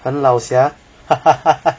很老 sia